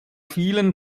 vielen